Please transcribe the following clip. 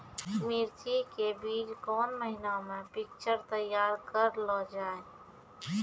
मिर्ची के बीज कौन महीना मे पिक्चर तैयार करऽ लो जा?